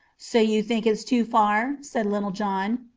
so you think it's too far? said little john.